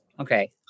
Okay